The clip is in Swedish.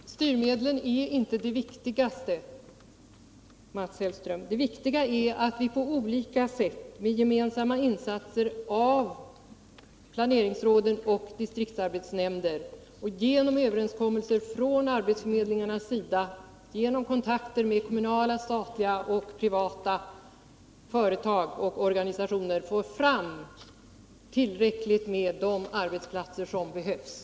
Herr talman! Styrmedlen är inte det viktigaste, Mats Hellström. Det viktiga är att vi på olika sätt med gemensamma insatser av planeringsråden och distriktsarbetsnämnderna, genom överenskommelser från arbetsförmedlingarnas sida, genom kommunala, statliga och privata företag och organisationer får fram de arbetsplatser som behövs. domsarbetslöshet 140